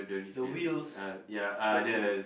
the wheels the wheels